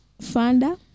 founder